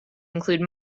include